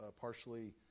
partially